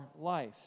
life